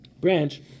branch